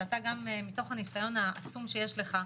שמתוך הניסיון העצום שיש לך,